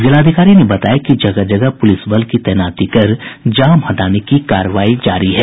उन्होंने बताया कि जगह जगह पुलिस बल की तैनाती कर जाम हटाने की कार्रवाई जारी है